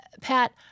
Pat